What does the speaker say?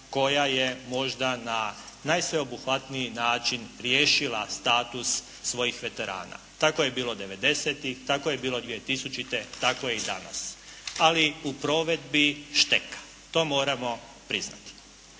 koja je možda na najsveobuhvatniji način riješila status svojih veterana. Tako je bilo devedesetih, tako je bilo dvije tisućite, tako je i danas. Ali u provedbi šteka. To moramo priznati.